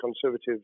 Conservatives